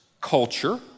culture